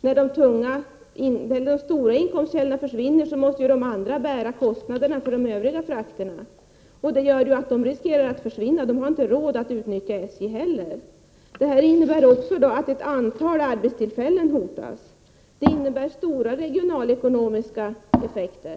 När de stora inkomstkällorna försvinner måste ju de andra bära kostnaderna för de övriga frakterna. Det innebär att de transporter som inte är självbärande kommer att försvinna. Man har inte råd att utnyttja SJ för dessa transporter. Detta leder också till att ett antal arbetstillfällen hotas, vilket innebär stora regionalekonomiska effekter.